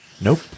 Nope